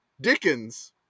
Dickens